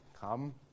come